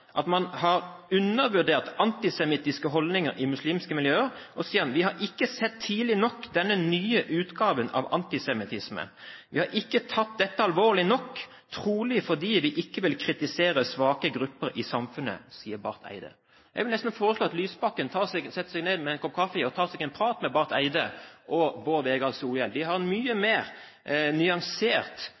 at man «har undervurdert antisemittiske holdninger i muslimske miljøer». Videre står det: «Vi har ikke sett tidlig nok denne «nye» utgaven av antisemittisme. Vi har ikke tatt dette alvorlig nok, trolig fordi vi ikke vil kritisere svake grupper i samfunnet, sa Barth Eide.» Jeg vil nesten foreslå at Lysbakken setter seg ned med en kopp kaffe og tar seg en prat med Barth Eide og Bård Vegar Solhjell. De har en mye mer nyansert